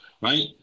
right